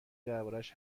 دربارهاش